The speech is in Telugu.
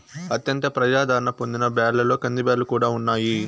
అత్యంత ప్రజాధారణ పొందిన బ్యాళ్ళలో కందిబ్యాల్లు కూడా ఉన్నాయి